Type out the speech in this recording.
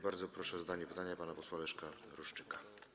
Bardzo proszę o zadanie pytania pana posła Leszka Ruszczyka.